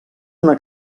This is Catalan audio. una